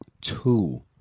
two